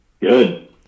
Good